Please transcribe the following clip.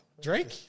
Drake